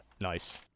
nice